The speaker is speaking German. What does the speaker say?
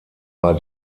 bei